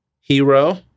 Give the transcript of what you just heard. Hero